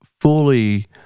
fully